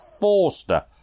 Forster